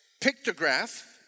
Pictograph